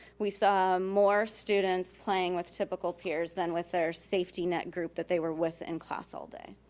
we saw more students playing with typical peers than with their safety net group that they were with in class all day.